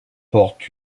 portent